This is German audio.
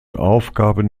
aufgaben